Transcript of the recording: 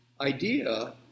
idea